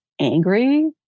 angry